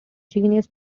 genus